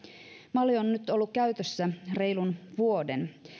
malli on nyt ollut käytössä reilun vuoden